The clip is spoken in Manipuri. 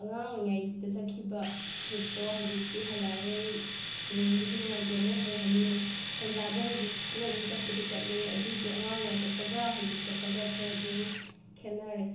ꯑꯉꯥꯡ ꯑꯣꯏꯔꯤꯉꯩꯗ ꯆꯠꯈꯤꯕ ꯇ꯭ꯔꯤꯞꯇꯣ ꯍꯧꯖꯤꯛꯇꯤ ꯍꯜꯂꯛꯑꯔꯣꯏ ꯅꯨꯡꯕꯨꯗꯤ ꯅꯨꯡꯉꯥꯏꯇꯦ ꯑꯃꯨꯛ ꯍꯜꯂꯛꯍꯟꯅꯤꯡꯉꯦ ꯁꯦꯟꯗ꯭ꯔꯥꯗꯣ ꯍꯧꯖꯤꯛꯁꯨ ꯑꯗꯨꯝ ꯆꯠꯄꯨꯗꯤ ꯆꯠꯂꯦ ꯑꯗꯨꯏꯁꯨ ꯑꯉꯥꯡ ꯑꯣꯏꯅ ꯆꯠꯄꯒꯥꯍꯧꯖꯤꯛ ꯆꯠꯄꯒ ꯈꯔꯗꯤ ꯑꯗꯨꯝ ꯈꯦꯠꯅꯔꯦ